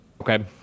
Okay